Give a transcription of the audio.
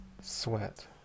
Sweat